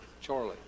Charlie